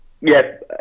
Yes